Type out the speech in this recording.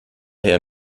herr